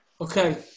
Okay